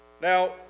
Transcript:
Now